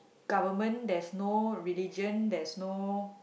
government there's no religion there's no